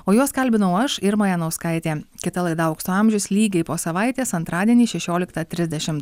o juos kalbinau aš irma janauskaitė kita laida aukso amžius lygiai po savaitės antradienį šešioliktą trisdešim